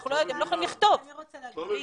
הם לא יכולים לכתוב בעברית.